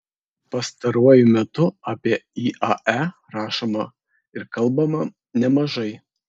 pastaruoju metu apie iae rašoma ir kalbama nemažai